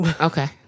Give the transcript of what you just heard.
Okay